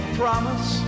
promise